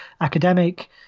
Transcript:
academic